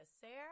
Sarah